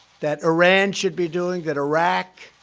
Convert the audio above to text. that iran should be doing, that iraq,